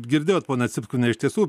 girdėjot ponia cipkuviene iš tiesų